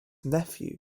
nephew